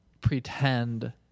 pretend